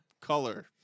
Color